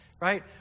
right